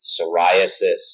psoriasis